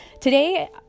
Today